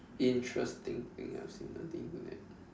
interesting thing I have seen on the Internet